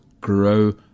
grow